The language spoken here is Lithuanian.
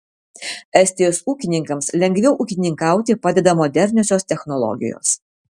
estijos ūkininkams lengviau ūkininkauti padeda moderniosios technologijos